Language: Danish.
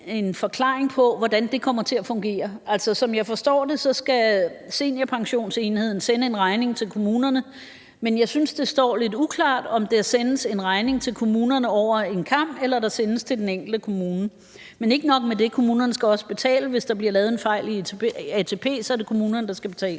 en forklaring på, hvordan det kommer til at fungere. Altså, som jeg forstår det, skal seniorpensionsenheden sende en regning til kommunerne. Men jeg synes, det står lidt uklart, om der sendes en regning til kommunerne over en kam, eller om der sendes til den enkelte kommune. Men ikke nok med det: Kommunerne skal også betale, hvis der bliver lavet en fejl i ATP. Så er det ATP, der skal betale.